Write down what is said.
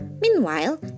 Meanwhile